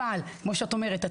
אבל כמו שאת אומרת,